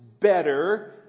better